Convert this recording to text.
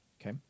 Okay